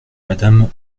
madame